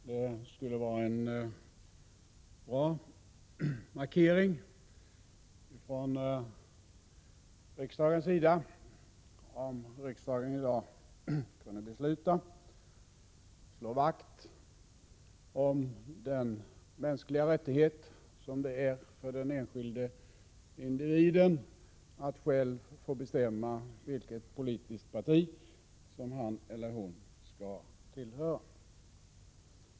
Det skulle vara en bra markering från riksdagens sida, om riksdagen i dag kunde besluta att slå vakt om den mänskliga rättighet som det är för den enskilde individen att själv få bestämma vilket politiskt parti han eller hon skall tillhöra.